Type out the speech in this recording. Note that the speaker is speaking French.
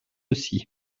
aussi